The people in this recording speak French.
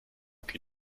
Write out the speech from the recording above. cul